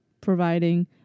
providing